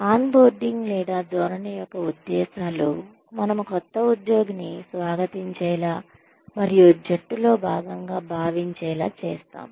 on boarding లేదా ధోరణి యొక్క ఉద్దేశ్యాలు మనము క్రొత్త ఉద్యోగిని స్వాగతించేలా మరియు జట్టులో భాగంగా భావించేలా చేస్తాం